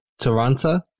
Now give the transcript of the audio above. Toronto